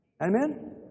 Amen